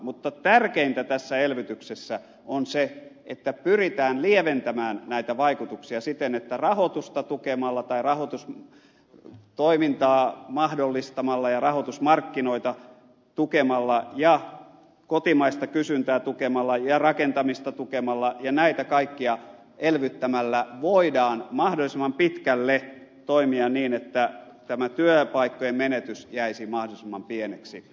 mutta tärkeintä tässä elvytyksessä on se että pyritään lieventämään näitä vaikutuksia siten että rahoitusta tukemalla tai rahoitustoimintaa mahdollistamalla ja rahoitusmarkkinoita tukemalla ja kotimaista kysyntää tukemalla ja rakentamista tukemalla ja näitä kaikkia elvyttämällä voidaan mahdollisimman pitkälle toimia niin että tämä työpaikkojen menetys jäisi mahdollisimman pieneksi